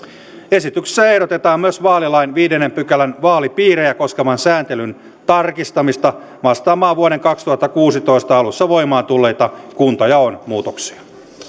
esityksessä ehdotetaan myös vaalilain viidennen pykälän vaalipiirejä koskevan sääntelyn tarkistamista vastaamaan vuoden kaksituhattakuusitoista alussa voimaan tulleita kuntajaon muutoksia